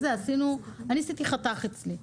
אני עשיתי חתך אצלי,